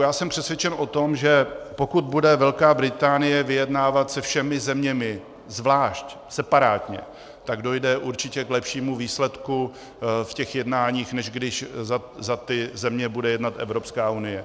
Já jsem přesvědčen o tom, že pokud bude Velká Británie vyjednávat se všemi zeměmi zvlášť, separátně, tak dojde určitě k lepšímu výsledku v těch jednáních, než když za ty země bude jednat Evropská unie.